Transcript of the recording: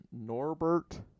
Norbert